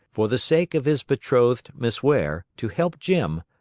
for the sake of his betrothed, miss ware, to help jim,